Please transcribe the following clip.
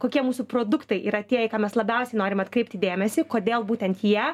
kokie mūsų produktai yra tie į ką mes labiausiai norim atkreipti dėmesį kodėl būtent jie